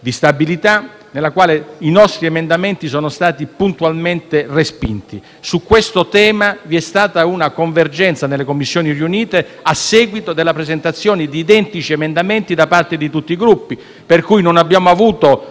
durante la quale i nostri emendamenti sono stati puntualmente respinti. Su questo tema vi è stata una convergenza nelle Commissioni riunite a seguito della presentazione di identici emendamenti da parte di tutti i Gruppi; ragion per cui non abbiamo avuto